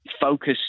focus